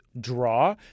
draw